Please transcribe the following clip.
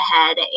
ahead